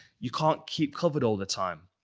you can't keep covered all the time.